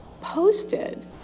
posted